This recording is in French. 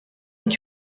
est